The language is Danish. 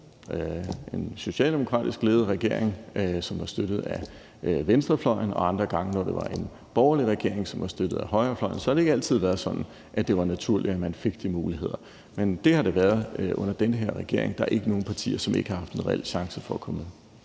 en socialdemokratisk ledet regering, som var støttet af venstrefløjen, og andre gange var det en borgerlig regering, som var støttet af højrefløjen. Så det har ikke altid været sådan, at det var naturligt, at man fik de muligheder, men det har det været under den her regering. Der er ikke nogen partier, som ikke har haft en reel chance for at komme med.